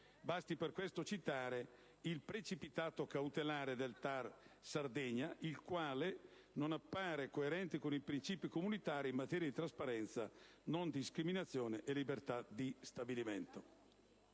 basti per questo citare il precipitato cautelare del TAR Sardegna, per il quale essa «non appare coerente con i principi comunitari in materia di trasparenza, non discriminazione e libertà di stabilimento».